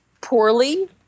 poorly